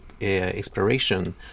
exploration